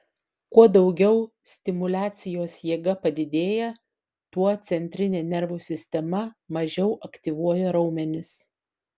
kuo daugiau stimuliacijos jėga padidėja tuo centrinė nervų sistema mažiau aktyvuoja raumenis